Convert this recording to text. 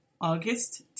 August